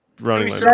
running